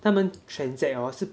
他们 transact hor 是